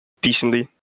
decently